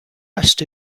asked